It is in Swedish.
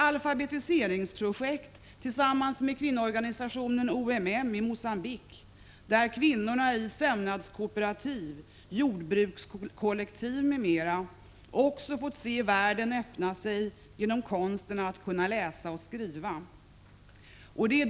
—- Alfabetiseringsprojekt tillsammans med kvinnoorganisationen OMM i Mogambique, där kvinnorna i sömnadskooperativ, jordbrukskollektiv m.m. också fått se världen öppna sig genom konsten att kunna läsa och skriva.